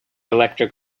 electric